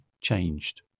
changed